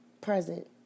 present